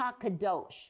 HaKadosh